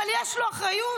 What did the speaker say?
אבל יש לו אחריות.